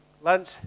lunch